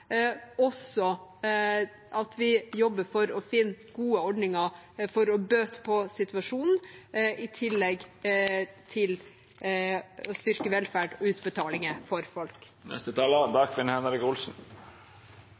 at vi jobber for å finne gode ordninger for å bøte på situasjonen, i tillegg til å styrke velferd og utbetalinger for folk.